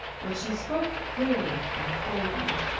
but she spoke clearly and coldly.